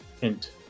hint